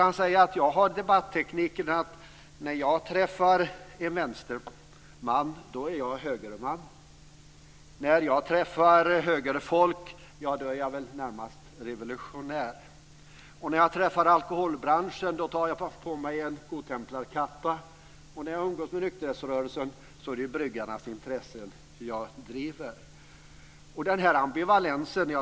Han säger: Jag har debattekniken att när jag träffar en vänsterman är jag en högerman. När jag träffar högerfolk är jag närmast revolutionär. När jag träffar alkoholbranschen tar jag på mig en godtemplarkappa. När jag umgås med nykterhetsrörelsen är det bryggarnas intressen jag driver. Fru talman!